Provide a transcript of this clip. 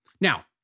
Now